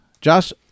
Josh